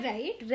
Right